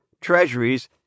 treasuries